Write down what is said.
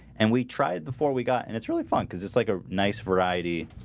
and we tried before we got and it's really fun because it's like a nice variety